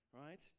right